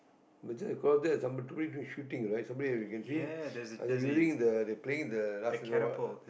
but just across that there is somebody to shooting right you can see are they using the they playing the ah what's